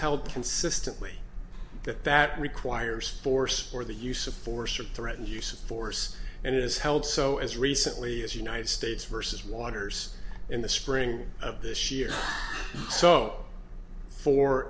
held consistently that that requires force or the use of force or threat and use of force and is held so as recently as united states versus waters in the spring of this year so for